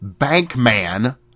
Bankman